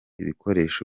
ibikoresho